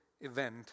event